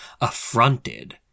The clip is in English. affronted